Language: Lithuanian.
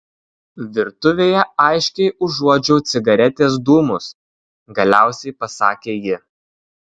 virtuvėje aiškiai užuodžiau cigaretės dūmus galiausiai pasakė ji